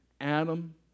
Adam